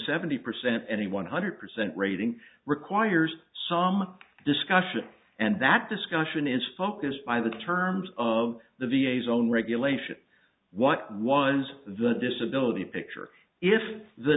seventy percent and a one hundred percent rating requires some discussion and that discussion is focused by the terms of the v a s own regulations what was the disability picture if the